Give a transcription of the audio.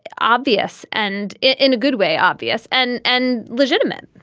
obvious and in a good way obvious and and legitimate